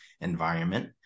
environment